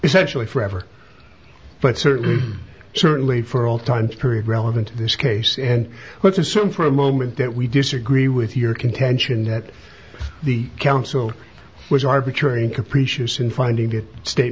essentially forever but certainly certainly for all time period relevant to this case and let's assume for a moment that we disagree with your contention that the council was arbitrary and capricious in finding that state